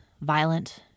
violent